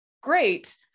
great